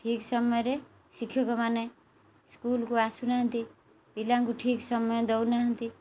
ଠିକ୍ ସମୟରେ ଶିକ୍ଷକମାନେ ସ୍କୁଲ୍କୁ ଆସୁନାହାନ୍ତି ପିଲାଙ୍କୁ ଠିକ୍ ସମୟ ଦେଉନାହାନ୍ତି